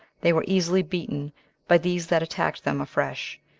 they were easily beaten by these that attacked them afresh,